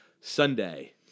Sunday